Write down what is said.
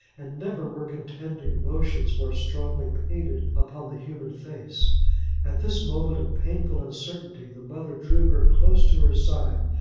and never were contending emotions more strongly painted upon the human face at this moment of painful uncertainty, the mother drew her close to her side,